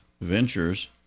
ventures